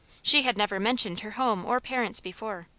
she had never mentioned her home or parents before.